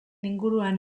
inguruan